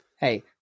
Hey